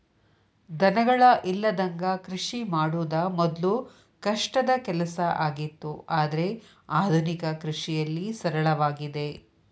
ದನಗಳ ಇಲ್ಲದಂಗ ಕೃಷಿ ಮಾಡುದ ಮೊದ್ಲು ಕಷ್ಟದ ಕೆಲಸ ಆಗಿತ್ತು ಆದ್ರೆ ಆದುನಿಕ ಕೃಷಿಯಲ್ಲಿ ಸರಳವಾಗಿದೆ